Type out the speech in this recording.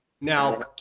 Now